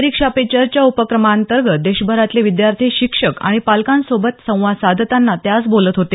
परीक्षा पे चर्चा उपक्रमांतर्गत देशभरातले विद्यार्थी शिक्षक आणि पालकांसोबत संवाद साधताना ते आज बोलत होते